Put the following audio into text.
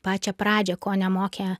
pačią pradžią ko nemokė